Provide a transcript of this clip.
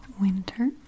winter